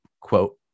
quote